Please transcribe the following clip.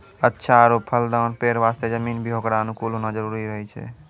अच्छा आरो फलदाल पेड़ वास्तॅ जमीन भी होकरो अनुकूल होना जरूरी रहै छै